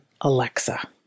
Alexa